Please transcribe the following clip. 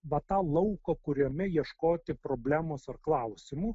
va tą lauką kuriame ieškoti problemos ar klausimų